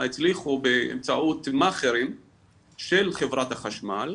הצליחו באמצעות מאכרים של חברת החשמל,